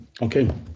okay